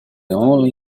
only